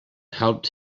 helped